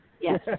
Yes